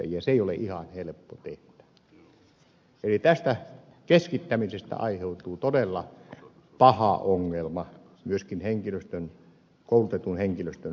se ei ole ihan helppo tehtävä eli tästä keskittämisestä aiheutuu todella paha ongelma myöskin koulutetun henkilöstön saatavuudelle